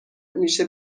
میشه